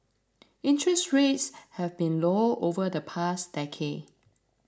interest rates have been low over the past decade